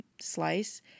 slice